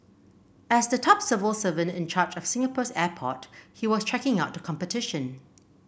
as the top civil servant in charge of Singapore's airport he was checking out the competition